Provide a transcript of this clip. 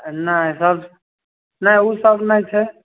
नहि सब नहि उ सब नहि छै